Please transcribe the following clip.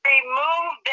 Remove